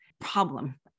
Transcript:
problem